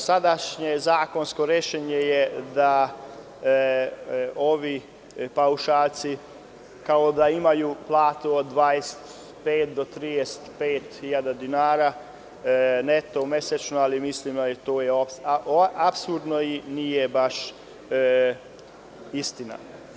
Sadašnje zakonsko rešenje je da ovi paušalci kao da imaju platu od 25.000 do 35.000 dinara neto mesečno, ali mislimo da je to apsurdno i nije baš istina.